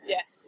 Yes